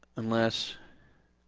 unless